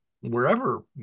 wherever